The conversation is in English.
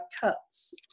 cuts